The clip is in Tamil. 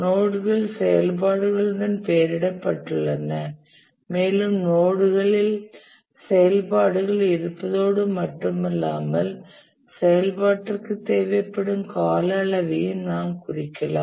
நோட்கள் செயல்பாடுகளுடன் பெயரிடப்பட்டுள்ளன மேலும் நோட்களில் செயல்பாடுகள் இருப்பதோடு மட்டுமல்லாமல் செயல்பாட்டிற்கு தேவைப்படும் கால அளவையும் நாம் குறிக்கலாம்